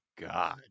God